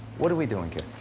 what are we doing here?